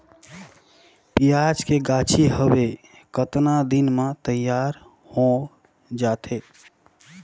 पियाज के गाछी हवे कतना दिन म तैयार हों जा थे?